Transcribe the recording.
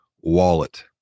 wallet